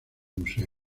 museo